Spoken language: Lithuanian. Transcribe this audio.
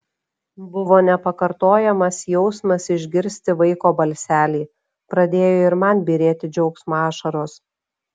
buvo nepakartojamas jausmas išgirsti vaiko balselį pradėjo ir man byrėti džiaugsmo ašaros